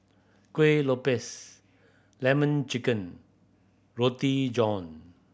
Kueh Lopes Lemon Chicken Roti John